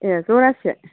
ए जरासे